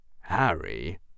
Harry